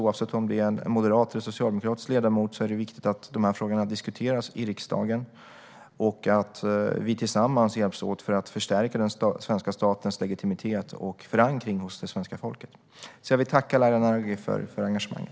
Oavsett om det är en moderat ledamot eller en socialdemokratisk ledamot är det viktigt att frågorna diskuteras i riksdagen och att vi tillsammans hjälps åt för att förstärka den svenska statens legitimitet och förankring hos det svenska folket. Jag vill tacka Laila Naraghi för engagemanget.